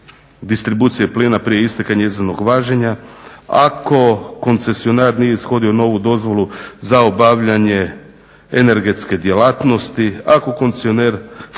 distribucije plina prije isteka njezinog važenja, ako koncesionar nije ishodio novu dozvolu za obavljanje energetske djelatnosti, ako koncesionar